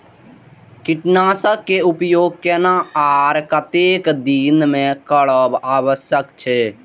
कीटनाशक के उपयोग केना आर कतेक दिन में करब आवश्यक छै?